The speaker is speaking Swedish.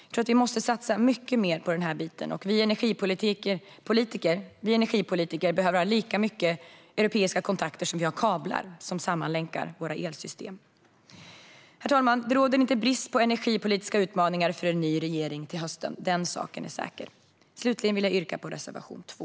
Jag tror att vi måste satsa mycket mer på den här biten, och vi energipolitiker behöver ha lika många europeiska kontakter som vi har kablar som sammanlänkar våra elsystem. Herr talman! Det råder ingen brist på energipolitiska utmaningar för en ny regering till hösten - den saken är säker. Jag vill slutligen yrka bifall till reservation 2.